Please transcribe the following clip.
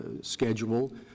schedule